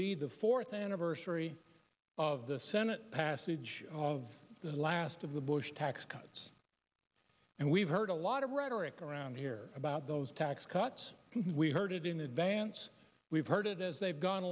be the fourth anniversary of the senate passage of the last of the bush tax cuts and we've heard a lot of rhetoric around here about those tax cuts we heard it in advance we've heard it as they've gone